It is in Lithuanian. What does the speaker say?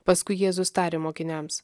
paskui jėzus tarė mokiniams